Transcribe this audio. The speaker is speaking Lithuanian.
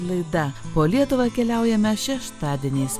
laida po lietuvą keliaujame šeštadieniais